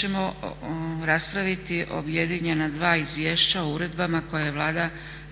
ćemo raspraviti objedinjena dva - Izvješća o uredbama koje je Vlada